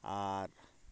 ᱟᱨ